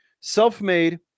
Self-made